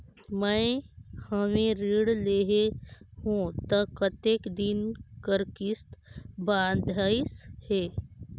मैं हवे ऋण लेहे हों त कतेक दिन कर किस्त बंधाइस हे?